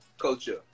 culture